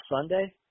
Sunday